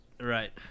right